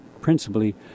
principally